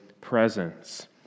presence